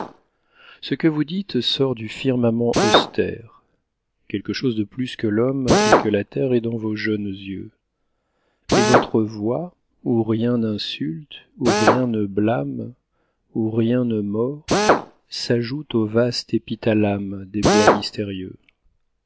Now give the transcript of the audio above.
ce que vous dites sort du firmament austère quelque chose de plus que l'homme et que la terre est dans vos jeunes yeux et votre voix où rien n'insulte où rien ne blâme où rien ne mord s'ajoute au vaste épithalame des bois mystérieux